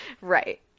Right